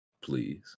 please